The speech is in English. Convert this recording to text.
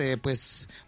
pues